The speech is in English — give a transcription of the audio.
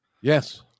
Yes